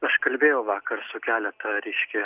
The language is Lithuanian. aš kalbėjau vakar su keletą reiškia